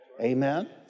amen